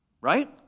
Right